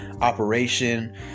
operation